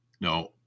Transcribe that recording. No